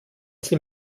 sie